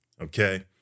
okay